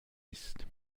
ist